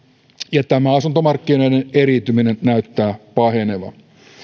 ja tämä asuntomarkkinoiden eriytyminen näyttää pahenevan